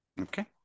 Okay